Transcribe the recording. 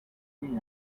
n’iyi